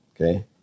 Okay